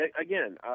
again